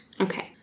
Okay